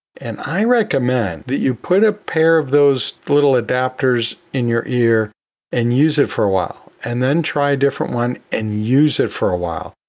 and i recommend that you put a pair of those little adapters in your ear and use it for a while and then try a different one and use it for a while.